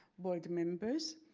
board members.